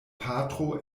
patro